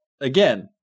again